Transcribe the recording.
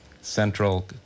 central